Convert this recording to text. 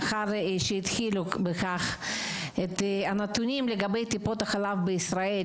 את הנתונים לגבי טיפות החלב בישראל,